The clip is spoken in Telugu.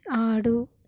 ఆడు